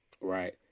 Right